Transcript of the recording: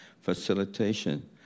facilitation